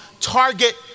target